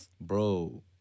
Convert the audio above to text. Bro